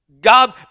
God